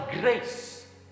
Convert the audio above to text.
grace